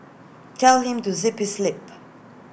tell him to zip his lip